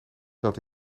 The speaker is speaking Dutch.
dat